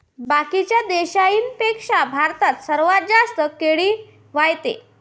बाकीच्या देशाइंपेक्षा भारतात सर्वात जास्त केळी व्हते